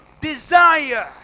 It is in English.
desire